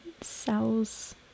cells